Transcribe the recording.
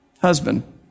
husband